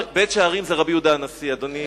בית-שערים זה רבי יהודה הנשיא, אדוני.